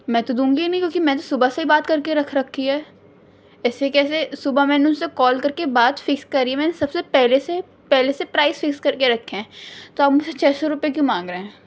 میں تو دوں گی نہیں کیونکہ میں تو صبح سے ہی بات کر کے رکھ رکھی ہے ایسے کیسے صبح میں نے ان سے کال کر کے بات فکس کری میں نے سب سے پہلے سے پہلے سے پرائز فکس کر کے رکھے ہیں تو آپ مجھ سے چھ سو روپئے کیوں مانگ رہے ہیں